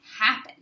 happen